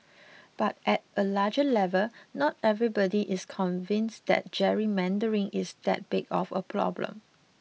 but at a larger level not everybody is convinced that gerrymandering is that big of a problem